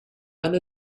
and